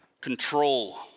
control